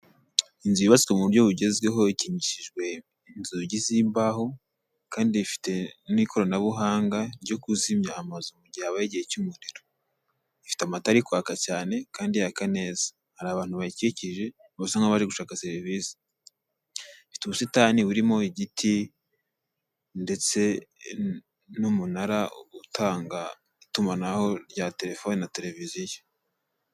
Inzu yubatswe mu buryo bugezweho, ikingishijwe inzugi z'imbaho, kandi ifite n'ikoranabuhanga ryo kuzimya amazu mu gihe hayeho igihe cy'umuriro. Ifite amatara ari kwaka cyane, kandi yaka neza. Hari abantu bayikikije basa nk'aho bari gushaka serivise. Ifite ubusitani burimo igiti ndetse n'umunara utanga itumanaho rya telefoni na televiziyo.